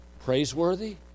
praiseworthy